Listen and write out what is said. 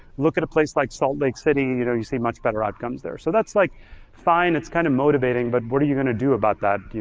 look at a place like salt lake city, you know you see much better outcomes there. so that's like fine. it's kind of motivating, but what are you gonna do about that?